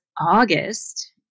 August